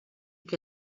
que